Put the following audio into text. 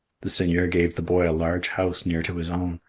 the seigneur gave the boy a large house near to his own,